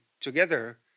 together